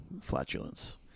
flatulence